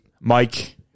Mike